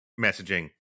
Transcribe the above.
messaging